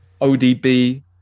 ODB